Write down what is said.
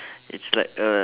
it's like a